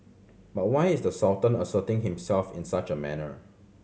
but why is the Sultan asserting himself in such a manner